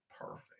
perfect